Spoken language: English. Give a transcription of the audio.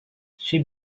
she